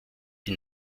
die